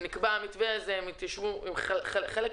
כאשר נקבע המתווה הזה אנשי משרד האוצר דנו עם חלק מן